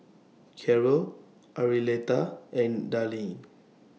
Karol Arletta and Darlene